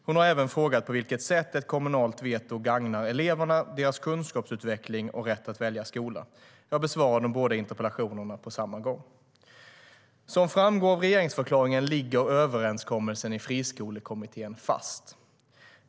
Hon har även frågat på vilket sätt ett kommunalt veto gagnar eleverna, deras kunskapsutveckling och deras rätt att välja skola. Som framgår av regeringsförklaringen ligger överenskommelsen i Friskolekommittén fast.